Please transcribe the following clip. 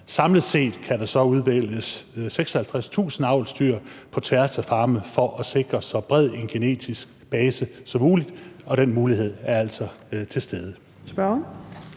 Samlet set kan der så udvælges 56.000 avlsdyr på tværs af farme for at sikre så bred en genetisk base som muligt, og den mulighed er altså til stede.